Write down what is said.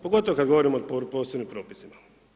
Pogotovo kad govorimo o posebnim propisima.